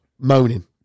moaning